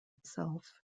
itself